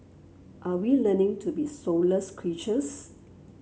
are we learning to be soulless creatures